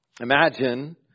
Imagine